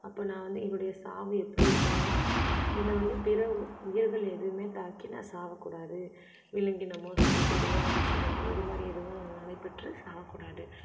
அப்போது நான் வந்து என்னுடைய சாவு எப்படி இருக்கணும்னா என்ன வந்து பிற உயிர்கள் எதுவும் தாக்கி நான் சாகக்கூடாது விலங்கினமோ செடி கொடியோ ஆக்சிடென்ட்டோ இது மாதிரி எதுவும் நடை பெற்று சாகக்கூடாது